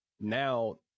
now